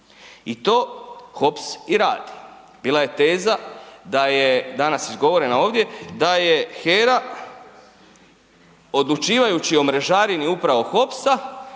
I to HOPS i radi, bila je teza da je, danas izgovorena ovdje, da je HERA odlučivajući o mrežarini upravo HOPS-a,